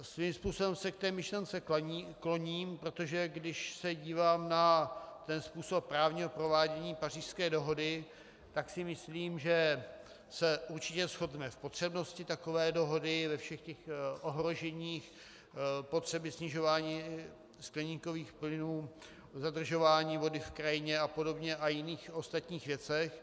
Svým způsobem se k té myšlence kloním, protože když se dívám na způsob právního provádění Pařížské dohody, tak si myslím, že se určitě shodneme v potřebnosti takové dohody ve všech těch ohroženích, potřeby snižování skleníkových plynů, zadržování vody v krajině a podobně a jiných ostatních věcech.